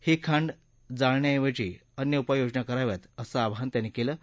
हि खांड जाण्या ऐवजी अन्य उपाय योजना कराव्यात असं आवाहनही त्यांनी केलं आहे